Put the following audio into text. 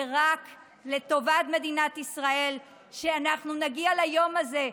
זה רק לטובת מדינת ישראל שאנחנו נגיע ליום הזה,